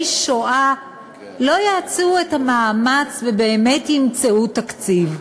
שואה לא יעשו את המאמץ ובאמת ימצאו תקציב.